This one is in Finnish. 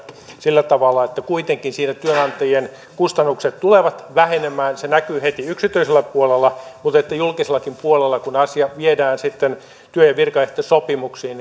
sillä tavalla että kuitenkin siinä työnantajien kustannukset tulevat vähenemään se näkyy heti yksityisellä puolella mutta julkisellakin puolella kun asia viedään sitten työ ja virkaehtosopimuksiin